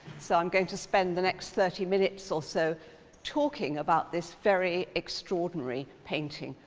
so i'm going to spend the next thirty minutes or so talking about this very extraordinary painting.